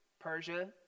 Persia